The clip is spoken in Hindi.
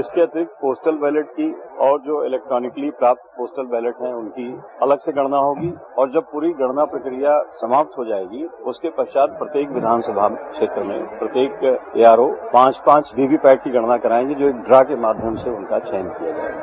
इसके अतिरिक्त पोस्टर बैलेट की और जो इलेक्ट्रानिकिली प्राप्त पोस्टर बैलेट है उनकी अलग से गणना होगी और जब पूरी गणना प्रक्रिया समाप्त हो जायेगी उसके पश्चात प्रत्येक विधानसभा क्षेत्र में प्रत्येक एआरओ पांच पांच वीवीपैट की गणना करायेंगे जो एक ड्रा के माध्यम से उनका चयन किया जायेगा